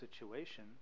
situation